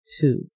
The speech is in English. Two